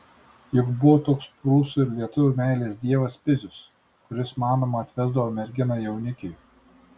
juk buvo toks prūsų ir lietuvių meilės dievas pizius kuris manoma atvesdavo merginą jaunikiui